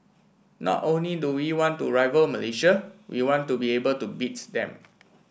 not only do we want to rival Malaysia we want to be able to beats them